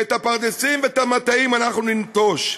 כי את הפרדסים ואת המטעים אנחנו ננטוש.